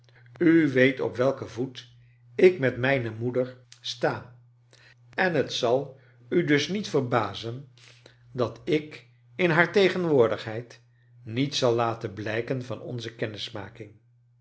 u weet op welken voet ik met mijne moeder sta en t zal u dus niet verbazen dat ik in haar tegenwoordigheid niets zal laten blijken van onze